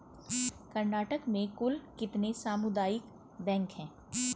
कर्नाटक में कुल कितने सामुदायिक बैंक है